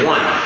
One